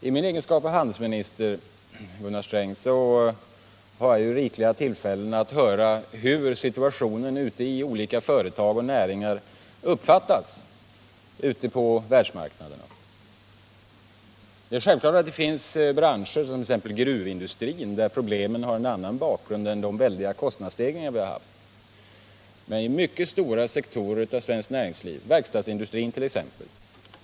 I min egenskap av handelsminister, Gunnar Sträng, har jag rikliga tillfällen att höra hur situationen ute på världsmarknaderna uppfattas i olika företag och näringar. Självfallet finns det branscher, t.ex. grusindustrin, där problemen har en annan bakgrund än de väldiga kostnadsstegringar vi har haft, men i mycket stora sektorer av svenskt näringsliv — verkstadsindustrin t.ex. — har de varit utslagsgivande.